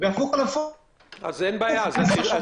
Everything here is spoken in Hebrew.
זה עונה על הבעיה, בואו